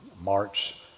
March